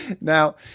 Now